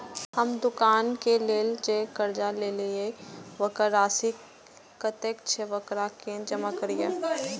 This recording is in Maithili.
हम दुकान के लेल जे कर्जा लेलिए वकर राशि कतेक छे वकरा केना जमा करिए?